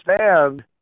understand